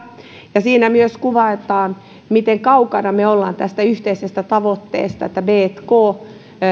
ja siinä myös kuvataan miten kaukana me olemme tästä yhteisestä tavoitteesta että tk